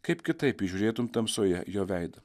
kaip kitaip įžiūrėtum tamsoje jo veidą